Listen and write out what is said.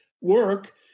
work